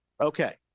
okay